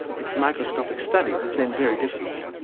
its microscopic study was then very difficult.